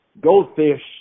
goldfish